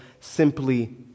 simply